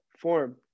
form